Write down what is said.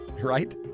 right